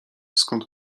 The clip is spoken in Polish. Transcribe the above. skąd